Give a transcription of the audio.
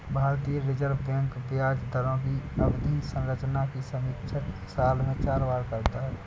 भारतीय reserve bank ब्याज दरों की अवधि संरचना की समीक्षा साल में चार बार करता है